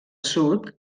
sud